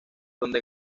donde